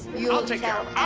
you ought to go out